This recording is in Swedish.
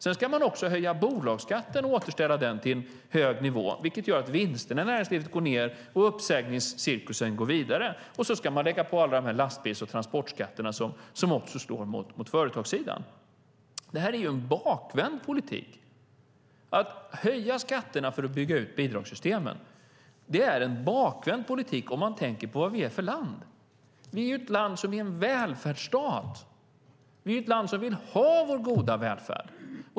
Sedan ska man också höja bolagsskatten och återställa den till en hög nivå, vilket gör att vinsterna i näringslivet går ned och uppsägningscirkusen går vidare, och så ska man lägga på alla de här lastbils och transportskatterna som också slår mot företagen. Det här är en bakvänd politik. Att höja skatterna för att bygga ut bidragssystemen är en bakvänd politik om man tänker på vad vi är för ett land.